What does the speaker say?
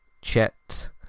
Chet